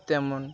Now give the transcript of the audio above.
তেমন